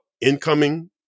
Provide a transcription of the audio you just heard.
incoming